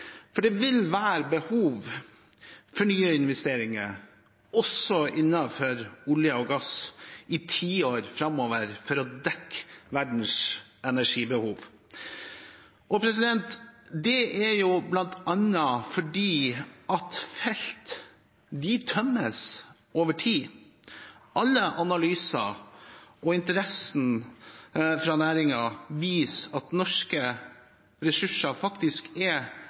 nye investeringer, også innen olje- og gassnæringen, i tiår framover for å dekke verdens energibehov. Det er jo bl.a. fordi felt tømmes over tid. Alle analyser og interessen fra næringen viser at norske ressurser faktisk er